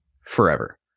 forever